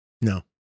No